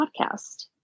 podcast